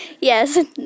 Yes